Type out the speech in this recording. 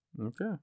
Okay